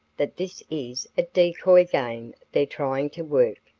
that this is a decoy game they're trying to work,